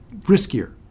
Riskier